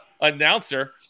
announcer